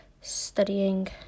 studying